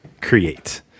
create